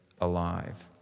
alive